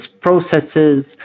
processes